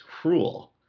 cruel